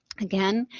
again,